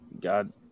God